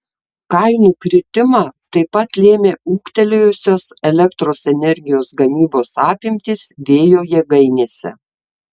kainų kritimą taip pat lėmė ūgtelėjusios elektros energijos gamybos apimtys vėjo jėgainėse